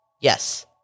Yes